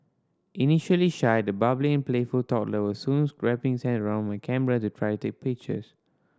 initially shy the bubbly and playful toddler was soon wrapping his hands round my camera to try to pictures